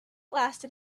lasted